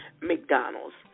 McDonald's